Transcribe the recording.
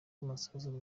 rw’amasasu